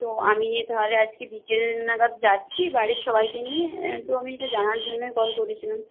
তো আমি তাহলে আজকে বিকেল নাগাদ যাচ্ছি বাড়ির সবাইকে নিয়ে তো আমি এটা জানার জন্য কল করেছিলাম